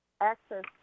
access